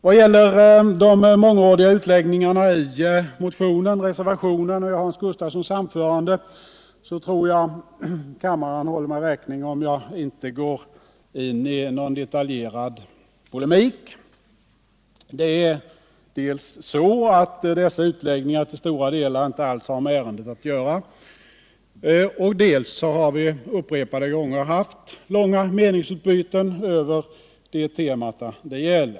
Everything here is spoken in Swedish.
Vad gäller de mångordiga utläggningarna i motionen, reservationen och Hans Gustafssons anförande, så tror jag kammaren håller mig räkning för om jag inte gårin i någon detaljerad polemik. Dels har dessa utläggningar till stora delar inte alls med ärendet att göra, dels har vi upprepade gånger haft långa meningsutbyten över de teman det gäller.